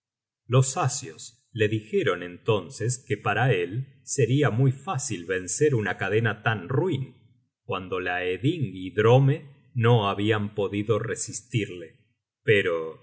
los asios le dijeron entonces que para él seria muy fácil vencer una cadena tan ruin cuando laeding y drome no habian podido resistirle pero